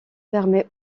permet